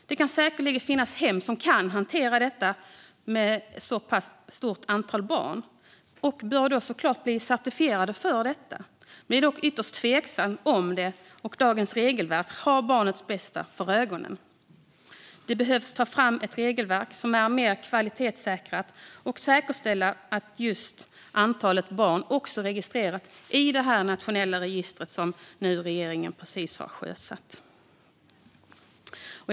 Det kan säkerligen finnas hem som kan hantera detta med ett så stort antal barn, och de bör såklart bli certifierade för det, men det är ytterst tveksamt om detta - och dagens regelverk - har barnets bästa för ögonen. Det behöver tas fram ett regelverk som är mer kvalitetssäkrat och som säkerställer att antalet barn registreras i det nationella register som regeringen precis har sjösatt.